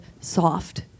soft